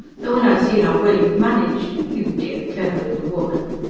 though when i see how well you've managed you dear, clever little woman!